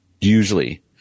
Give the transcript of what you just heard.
Usually